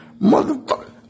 Motherfucker